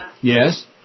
Yes